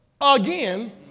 again